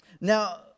Now